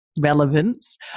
relevance